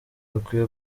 bakwiye